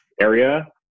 area